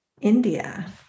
India